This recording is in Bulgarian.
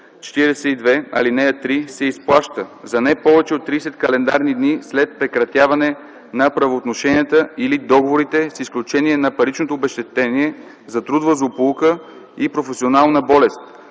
42, ал. 3 се изплаща за не повече от 30 календарни дни след прекратяване на правоотношенията или договорите, с изключение на паричното обезщетение за трудова злополука и професионална болест,